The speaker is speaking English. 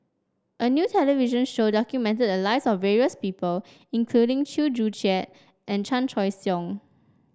a new television show documented the lives of various people including Chew Joo Chiat and Chan Choy Siong